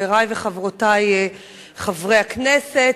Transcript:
חברי וחברותי חברי הכנסת,